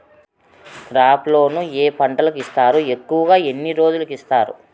crop loan ఏ పంటలకు ఇస్తారు ఎక్కువగా ఎన్ని రోజులకి ఇస్తారు